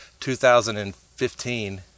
2015